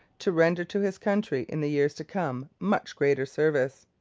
to render to his country in the years to come much greater service.